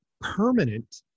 permanent